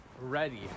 Ready